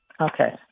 Okay